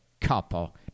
couple